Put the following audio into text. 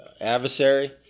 adversary